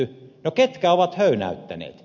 no ketkä ovat höynäyttäneet